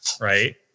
Right